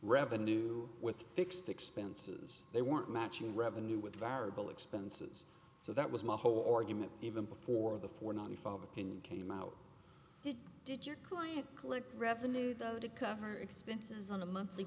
revenue with fixed expenses they weren't matching revenue with viral expenses so that was my whole argument even before the four ninety five opinion came out it did your client click revenue though to cover expenses on a monthly